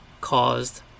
caused